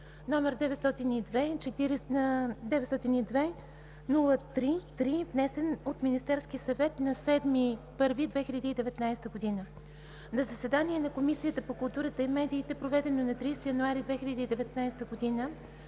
№ 902-03-3, внесен от Министерския съвет на 17 януари 2019 г. На заседание на Комисията по културата и медиите, проведено на 30 януари 2019 г.,